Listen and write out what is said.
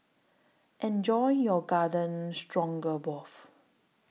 Enjoy your Garden Stroganoff